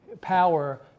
power